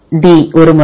D 1 முறை